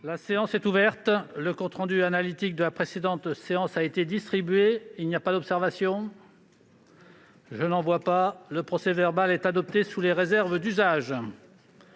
La séance est ouverte. Le compte rendu analytique de la précédente séance a été distribué. Il n'y a pas d'observation ?... Le procès-verbal est adopté sous les réserves d'usage.